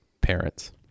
parents